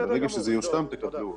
ברגע שזה יושלם תקבלו עוד.